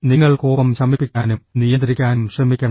നിങ്ങൾ കോപം ശമിപ്പിക്കാനും നിയന്ത്രിക്കാനും ശ്രമിക്കണം